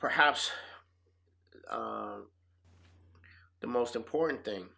perhaps the most important thing